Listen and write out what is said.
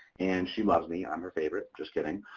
and she loves me. i'm her favorite. just kidding.